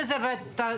שהשר קבע,